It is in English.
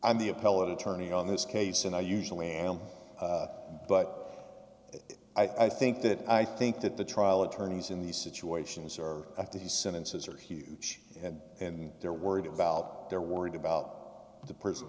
i'm the appellate attorney on this case and i usually am but i think that i think that the trial attorneys in these situations are up to these sentences are huge and they're worried about they're worried about the prison